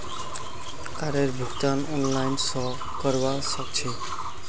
कारेर भुगतान ऑनलाइन स करवा सक छी